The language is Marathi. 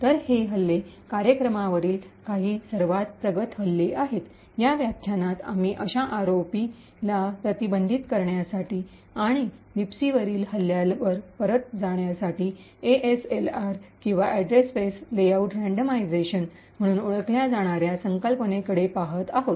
तर हे हल्ले कार्यक्रमांवरील काही सर्वात प्रगत हल्ले आहेत या व्याख्यानात आम्ही अशा आरओपीला प्रतिबंधित करण्यासाठी आणि लिबसीवरील हल्ल्यांवर परत जाण्यासाठी एएसएलआर किंवा अॅड्रेस स्पेस लेआउट रँडमॉईझेशन म्हणून ओळखल्या जाणार्या संकल्पनेकडे पहात आहोत